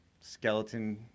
skeleton